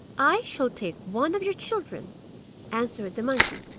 i shall take one of your children answered the monkey.